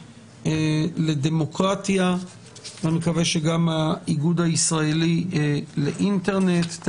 לדמוקרטיה ואני מקווה שגם מהאיגוד הישראלי לאינטרנט.